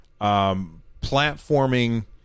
platforming